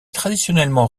traditionnellement